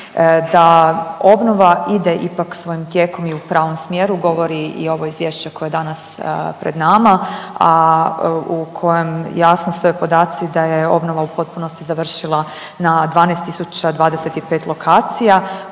Da obnova ide ipak svojim tijekom i u pravom smjeru govori i ovo Izvješće koje je danas pred nama, a u kojem jasno stoje podaci da je obnova u potpunosti završila na 12 025 lokacija